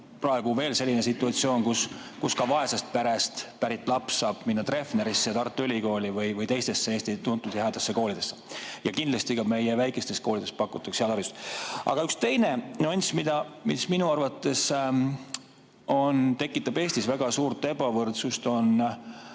praegu veel selline situatsioon, kus ka vaesest perest pärit laps saab minna Treffnerisse ja Tartu Ülikooli või teistesse Eesti tuntud headesse koolidesse. Ja kindlasti ka meie väikestes koolides pakutakse head haridust. Aga üks teine nüanss, mis minu arvates tekitab Eestis väga suurt ebavõrdsust, on